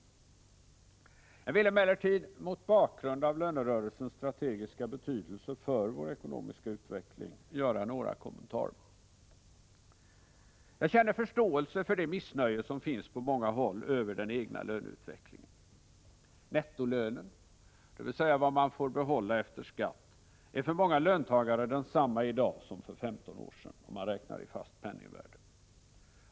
Jag vill emellertid mot bakgrund av lönerörelsens strategiska betydelse för vår ekonomiska utveckling göra några kommentarer. Jag känner förståelse för det missnöje som finns på många håll över den egna löneutvecklingen. Nettolönen, dvs. vad man får behålla efter skatt, är för många löntagare densamma i dag som för 15 år sedan, om man räknar i fast penningvärde.